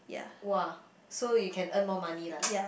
!wah! so you can earn more money lah